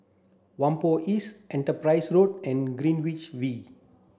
Whampoa East Enterprise Road and Greenwich V